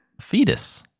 fetus